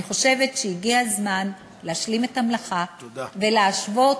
אני חושבת שהגיע הזמן להשלים את המלאכה, תודה.